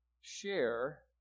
share